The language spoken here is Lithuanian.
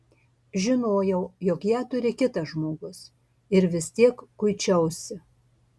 žinojau jog ją turi kitas žmogus ir vis tiek kuičiausi